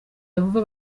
yehova